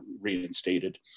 reinstated